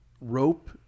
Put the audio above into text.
Rope